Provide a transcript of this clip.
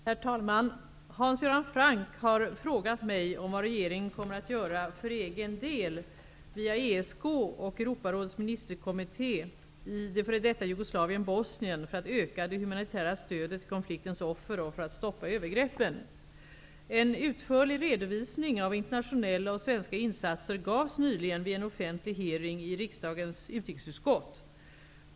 Herr talman! Hans Göran Franck har frågat mig vad regeringen kommer att göra för egen del, via Jugoslavien/Bosnien för att öka det humanitära stödet till konfliktens offer och för att stoppa övergreppen. En utförlig redovisning av internationella och svenska insatser gavs nyligen vid en offentlig hearing i riksdagens utrikesutskott.